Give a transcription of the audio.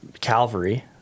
Calvary